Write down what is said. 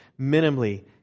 minimally